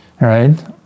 right